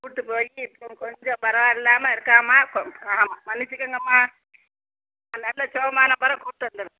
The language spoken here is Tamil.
கூட்டு போய்ட்டு இப்போது கொஞ்சம் பரவா இல்லாமல் இருக்காம்மா இப்போது ஆமாம் மன்னிச்சுக்கங்கம்மா நல்ல சுகமான பிறகு கூப்பிட்டு வந்துடுறேன்